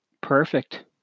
perfect